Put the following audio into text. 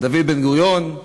דוד בן-גוריון,